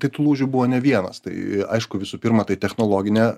tai tų lūžių buvo ne vienas tai aišku visų pirma tai technologinė